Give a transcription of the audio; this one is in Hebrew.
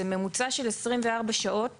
זה ממוצע של 24 שעות